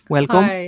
Welcome